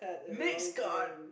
next card